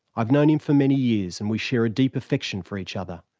i've known him for many years and we share a deep affection for each other.